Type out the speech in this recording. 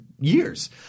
years